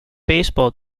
baseball